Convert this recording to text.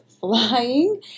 flying